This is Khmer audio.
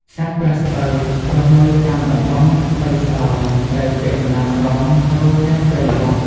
សត្វប្រើសស្បូវរស់នៅតាមតំបន់ព្រៃស្រោង ព្រៃពាក់កណ្តាលស្រោង រួមទាំងព្រៃល្បោះ។